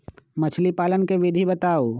मछली पालन के विधि बताऊँ?